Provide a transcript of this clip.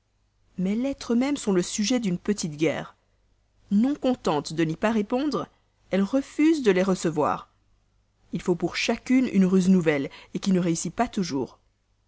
mes lettres mêmes sont le sujet d'une petite guerre non contente de n'y pas répondre elle refuse de les recevoir il faut pour chacune une ruse nouvelle qui ne réussit pas toujours